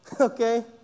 Okay